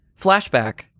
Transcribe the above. flashback